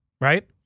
right